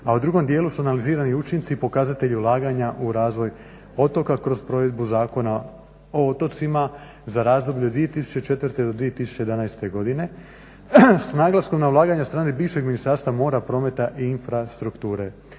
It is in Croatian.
a u drugom djelu su analizirani učinci i pokazatelji ulaganja u razvoj otoka kroz provedbu Zakona o otocima za razdoblje od 2007.-2011.godine s naglaskom na ulaganje od strane bivšeg Ministarstva mora, prometa i infrastrukture